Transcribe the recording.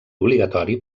obligatori